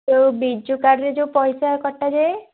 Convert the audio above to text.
ଯେଉଁ ବିଜୁ କାର୍ଡ଼ରେ ଯେଉଁ ପଇସା କଟାଯାଏ